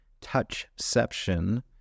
touchception